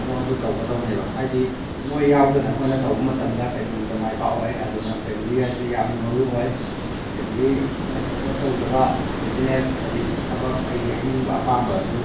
ꯊꯕꯛ ꯑꯗꯨ ꯇꯧꯒꯗꯧꯅꯦꯕ ꯍꯥꯏꯗꯤ ꯃꯣꯏ ꯌꯥꯎꯗꯅ ꯑꯩꯈꯣꯏꯅ ꯇꯧꯕ ꯃꯇꯝꯗ ꯀꯩꯗꯧꯅꯨꯡꯗ ꯃꯥꯏ ꯄꯥꯛꯑꯣꯏ ꯑꯗꯨꯅ ꯐꯦꯃꯂꯤ ꯍꯥꯏꯁꯦ ꯌꯥꯝꯅ ꯃꯔꯨ ꯑꯣꯏ ꯐꯦꯃꯂꯤꯅ ꯁꯞꯄꯣꯠ ꯇꯧꯗꯕ ꯕꯤꯖꯤꯅꯦꯁ ꯑꯩ ꯊꯕꯛ ꯑꯩꯒꯤ ꯑꯅꯤꯡꯕ ꯑꯄꯥꯝꯕ ꯑꯗꯨ